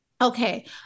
Okay